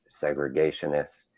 segregationists